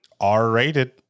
r-rated